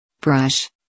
brush